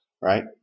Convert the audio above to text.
right